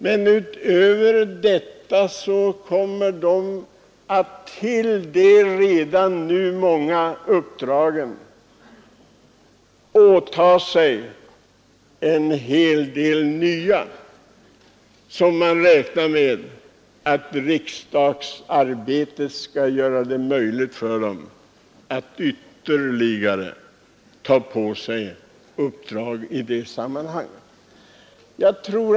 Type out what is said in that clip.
Men utöver de många uppdrag som dessa riksdagsmän redan nu har kommer de också att åta sig en hel del nya uppdrag som de räknar med att det skall vara möjligt att fullgöra vid sidan av riksdagsarbetet.